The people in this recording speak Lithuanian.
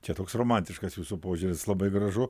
čia toks romantiškas jūsų požiūris labai gražu